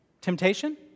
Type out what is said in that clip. Temptation